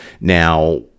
Now